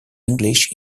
english